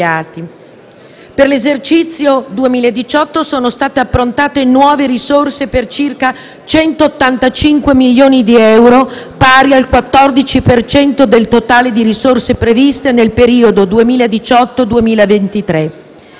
Per l'esercizio 2018 sono state approntate nuove risorse per circa 185 milioni di euro, pari al 14 per cento del totale di risorse previste nel periodo 2018-2023.